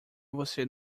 você